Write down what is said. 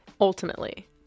Ultimately